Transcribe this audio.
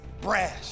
brash